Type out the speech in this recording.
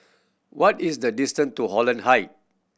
what is the distance to Holland Height